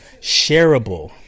shareable